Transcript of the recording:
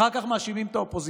אחר כך מאשימים את האופוזיציה.